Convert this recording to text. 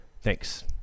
Thanks